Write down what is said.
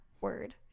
word